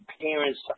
parents